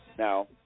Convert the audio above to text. Now